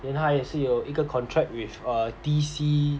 then 他也是有一个 contract with err D_C